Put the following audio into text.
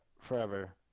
forever